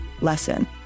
lesson